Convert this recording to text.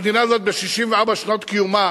המדינה הזאת ב-64 שנות קיומה